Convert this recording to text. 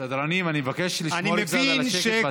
סדרנים, אני מבקש לשמור קצת על השקט בצד.